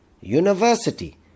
University